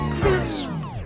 Christmas